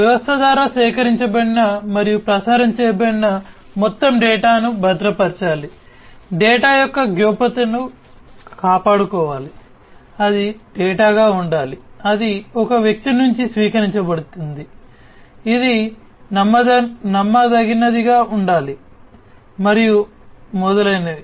వ్యవస్థ ద్వారా సేకరించబడిన మరియు ప్రసారం చేయబడిన మొత్తం డేటాను భద్రపరచాలి డేటా యొక్క గోప్యతను కాపాడుకోవాలి అది డేటాగా ఉండాలి అది ఒక వ్యక్తి నుండి స్వీకరించబడింది ఇది నమ్మదగినదిగా ఉండాలి మరియు మొదలైనవి